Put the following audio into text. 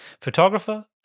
photographer